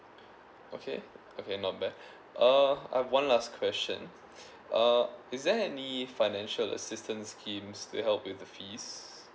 okay okay not bad uh I've one last question uh is there any financial assistance schemes to help with the fees